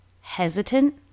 hesitant